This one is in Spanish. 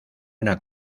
una